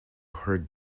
her